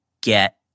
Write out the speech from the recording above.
get